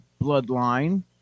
bloodline